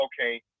okay